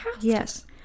Yes